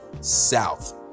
South